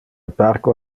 parco